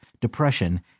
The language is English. depression